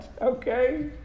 okay